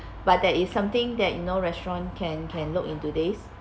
but that is something that you know restaurant can can look into this